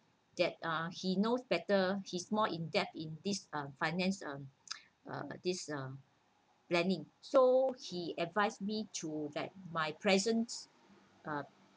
that uh he knows better he's more in depth in this um finance um uh this uh planning so he advised me to that my present uh